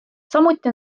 samuti